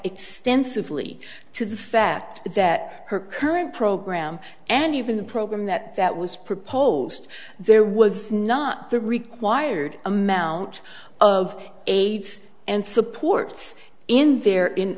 extensively to the fact that her current program and even the program that that was proposed there was not the required amount of aides and supports in there in